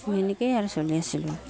মই এনেকৈয়ে আৰু চলি আছিলোঁ